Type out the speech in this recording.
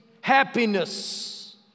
happiness